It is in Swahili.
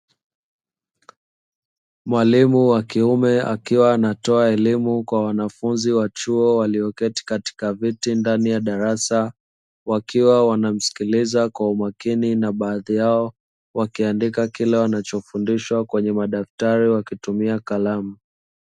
Mwalimu wa kiume, akiwa anatoa elimu kwa wanafunzi wa chuo walioketi katika viti ndani ya darasa, wakiwa wanamsikiliza kwa umakini na baadhi yao wakiandika kile wanachofundishwa kwenye madaftari, wakitumia kalamu.